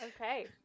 Okay